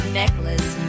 necklace